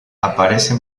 aparece